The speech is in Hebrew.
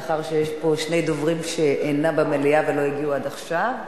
מאחר שיש פה שני דוברים שאינם במליאה ולא הגיעו עד עכשיו.